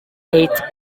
ate